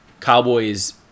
Cowboys